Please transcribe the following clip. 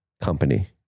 company